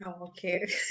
Okay